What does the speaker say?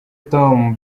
tom